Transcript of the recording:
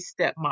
Stepmom